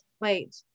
wait